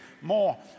More